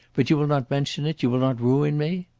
but you will not mention it? you will not ruin me?